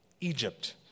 Egypt